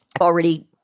already